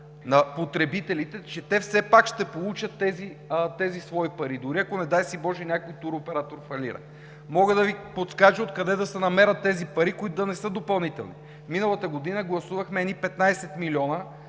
на потребителите, че те все пак ще получат тези свои пари, дори ако, не дай си боже, някой туроператор фалира. Мога да Ви подскажа откъде да се намерят тези пари, които да не са допълнителни. Миналата година гласувахме едни 15 милиона,